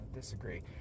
disagree